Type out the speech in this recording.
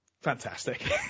fantastic